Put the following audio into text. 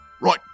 Right